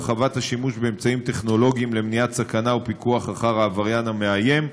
הרחבת השימוש באמצעים טכנולוגיים למניעת סכנה ופיקוח על העבריין המאיים,